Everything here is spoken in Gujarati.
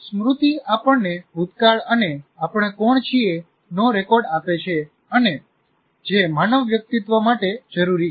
સ્મૃતિ આપણને ભૂતકાળ અને આપણે કોણ છીએ નો રેકોર્ડ આપે છે અને જે માનવ વ્યક્તિત્વ માટે જરૂરી છે